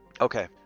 Okay